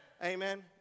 Amen